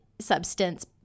substance